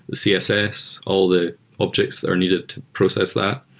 the css, all the objects that are needed to process that.